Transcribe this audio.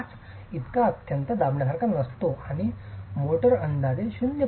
5 इतका अत्यंत दाबण्यासारखे नसतो आणि मोर्टार अंदाजे 0